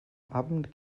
abend